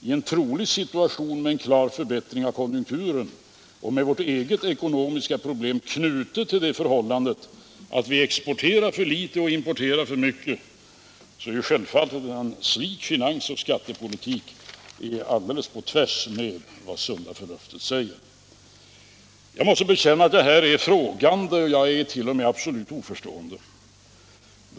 I en trolig situation med en klar förbättring av konjunkturen och med vårt eget ekonomiska problem knutet till det förhållandet att vi exporterar för litet och importerar för mycket, är det självklart att en slik finansoch skattepolitik ligger alldeles på tvärs mot vad det sunda förnuftet säger. Jag måste bekänna att jag här ställer mig frågande, för att inte säga absolut oförstående.